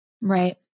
Right